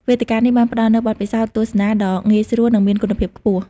វេទិកានេះអាចផ្តល់នូវបទពិសោធន៍ទស្សនាដ៏ងាយស្រួលនិងមានគុណភាពខ្ពស់។